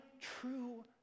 true